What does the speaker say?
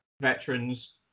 veterans